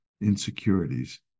insecurities